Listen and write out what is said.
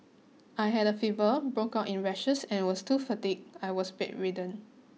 I had a fever broke out in rashes and was so fatigued I was bedridden